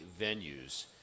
venues